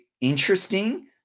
interesting